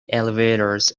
elevators